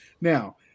Now